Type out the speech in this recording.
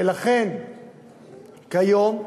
ולכן כיום,